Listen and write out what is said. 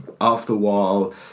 off-the-wall